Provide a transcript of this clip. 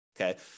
okay